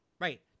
Right